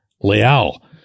Leal